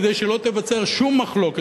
כדי שלא תיווצר שום מחלוקת,